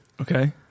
Okay